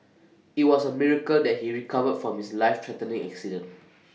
IT was A miracle that he recovered from his life threatening accident